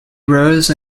rose